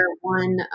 one